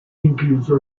incluso